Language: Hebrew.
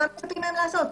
מה מצפים מהם לעשות?